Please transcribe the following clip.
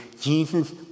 Jesus